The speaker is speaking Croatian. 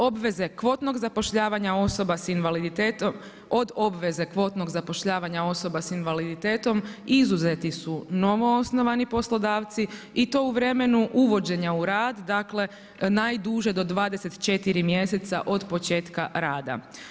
Obveze kvotnog zapošljavanja osoba sa invaliditetom od obveze kvotnog zapošljavanja osoba sa invaliditetom izuzeti su novoosnovani poslodavci i to u vremenu uvođenja u rad dakle najduže do 24 mjeseca od početka rada.